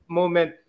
moment